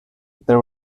there